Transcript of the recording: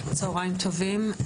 צוהריים טובים.